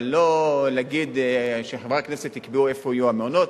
אבל לא להגיד שחברי הכנסת יקבעו איפה יהיו המעונות.